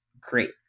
Great